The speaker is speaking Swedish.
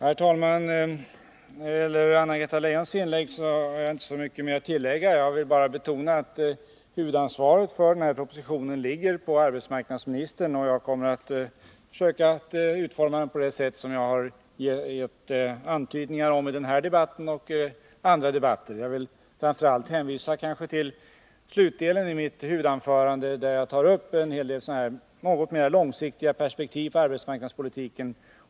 Herr talman! När det gäller Anna-Greta Leijons inlägg har jag inte mycket mer att tillägga. Jag vill bara betona att huvudansvaret för den sysselsättningspolitiska propositionen ligger på arbetsmarknadsministern, och jag kommer att försöka utforma den på det sätt som jag gett antydningar om i denna debatt och i andra debatter. Framför allt vill jag hänvisa till slutdelen i mitt huvudanförande, där jag tar upp en del mera långsiktiga perspektiv på arbetsmarknadspolitiken.